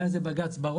היה על זה בג"ץ בראון.